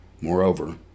Moreover